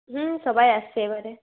হ্যাঁ সবাই আসছে এবারে